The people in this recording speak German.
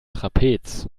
trapez